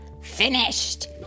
Finished